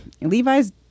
Levi's